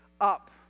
up